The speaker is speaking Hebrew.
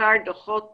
סקר את דו"חות